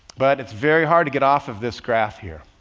but it's very hard to get off of this graph here.